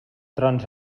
trons